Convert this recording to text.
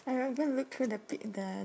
I haven't looked through the pic~ the